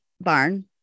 barn